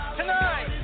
Tonight